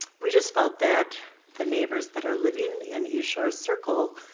we just felt that the neighbors that are living in east shore circle,